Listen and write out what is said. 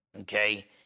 okay